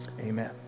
amen